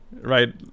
right